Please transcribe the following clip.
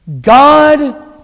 God